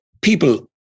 people